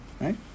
Right